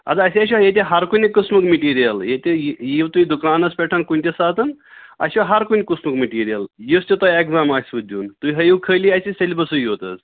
اَدٕ اَسہِ حظ چھِ ییٚتہِ ہر کُنہِ قٕسمُک مِٹیٖریل ییٚتہِ یِیو تُہۍ دُکانَس پٮ۪ٹھ کُنہِ تہِ ساتَن اَسہِ چھُ ہر کُنہِ قٕسمُک مٹیٖریل یُس تہِ تُہۍ اٮ۪گزام آسوٕ دیُن تُہۍ ہٲیِو خٲلی اَسہِ سیلبَسٕے یوت حظ